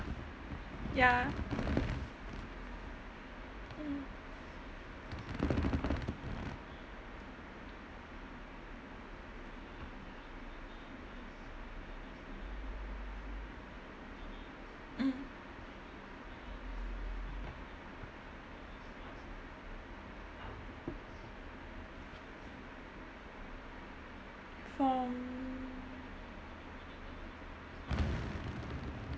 ya mm mm from